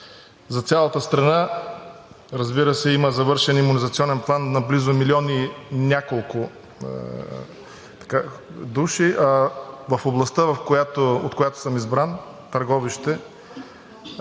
За цялата страна, разбира се, има завършен имунизационен план на близо милион и няколко души. В областта, от която съм избран – Търговище,